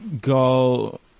go